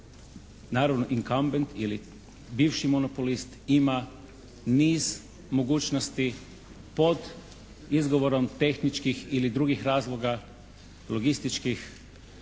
se ne razumije./… ili bivši monopolist ima niz mogućnosti pod izgovorom tehničkih ili drugih razloga logističkih